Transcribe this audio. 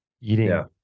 eating